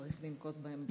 צריך לנקוט בהם זהירות,